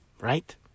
right